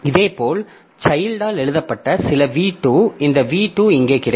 இதேபோல் சைல்டால் எழுதப்பட்ட சில v 2 இந்த v 2 இங்கே கிடைக்கும்